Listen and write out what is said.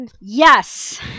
Yes